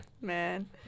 Man